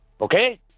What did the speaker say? Okay